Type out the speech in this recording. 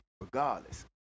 regardless